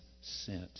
sent